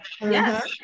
yes